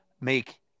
make